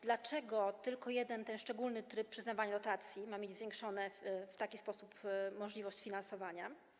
Dlaczego tylko ten jeden szczególny tryb przyznawania dotacji ma mieć zwiększoną w taki sposób możliwość sfinansowania?